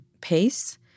pace